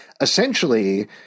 essentially